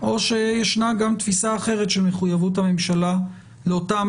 או שישנה גם תפיסה אחרת של מחויבות הממשלה לאותם